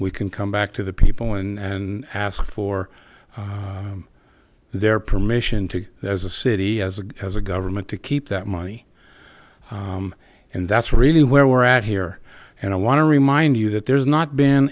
we can come back to the people and ask for their permission to as a city as a as a government to keep that money and that's really where we're at here and i want to remind you that there's not been